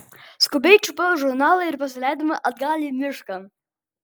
skubiai čiupau žurnalą ir pasileidome atgal į mišką